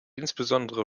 insbesondere